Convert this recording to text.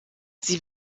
sie